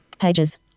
Pages